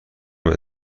بده